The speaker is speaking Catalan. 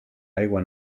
aigua